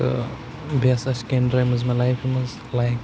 تہٕ بیٚیہِ ہَسا چھِ کینٛہہ ڈرٛیٖمٕز مےٚ لایفہِ منٛز لایِک